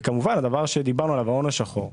וכמובן הדבר שדיברנו עליו, ההון השחור,